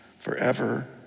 forever